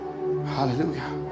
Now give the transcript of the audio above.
Hallelujah